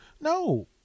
No